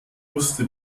wusste